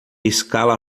escala